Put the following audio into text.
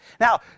Now